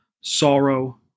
sorrow